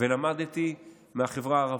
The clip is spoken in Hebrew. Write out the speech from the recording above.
ולמדתי מהחברה הערבית,